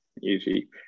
usually